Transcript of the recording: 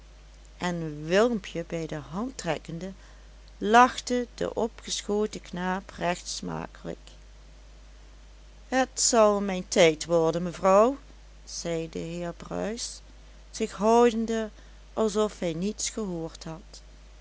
en willempje bij de hand trekkende lachte de opgeschoten knaap recht smakelijk het zal mijn tijd worden mevrouw zei de heer bruis zich houdende alsof hij niets gehoord had